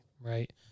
Right